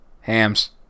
Hams